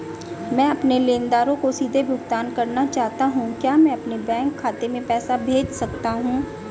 मैं अपने लेनदारों को सीधे भुगतान करना चाहता हूँ क्या मैं अपने बैंक खाते में पैसा भेज सकता हूँ?